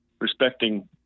respecting